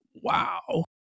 wow